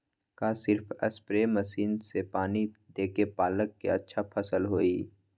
का सिर्फ spray machine से पानी देके पालक के अच्छा फसल होई?